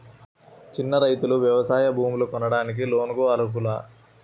చిన్న రైతులు వ్యవసాయ భూములు కొనడానికి లోన్ లకు అర్హులా?